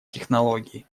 технологии